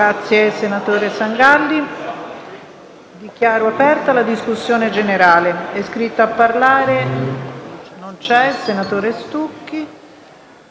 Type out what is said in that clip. Dichiaro aperta la discussione generale. È iscritto a parlare il senatore Stucchi.